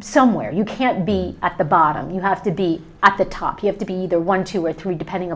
somewhere you can't be at the bottom you have to be at the top you have to be there one two or three depending